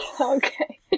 Okay